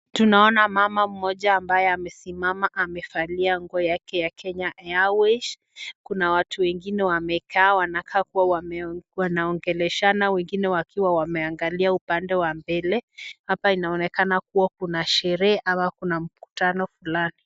Tunaona mama mmoja ambaye amesimama amevalia nguo yake ya kenya airways. Kuna watu wengine wamekaa wanakaa kuwa wanaongeleshana wengine wakiwa wameangalia upande wa mbele. Hapa inaonekana kuwa kuna sherehe ama kuna mkutano fulani.